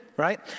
right